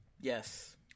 Yes